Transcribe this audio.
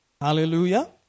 Hallelujah